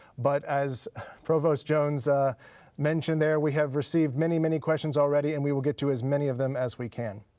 but as provost jones ah mentioned there, we have received many, many questions already and we will get to as many of them as we can.